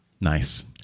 Nice